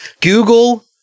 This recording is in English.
Google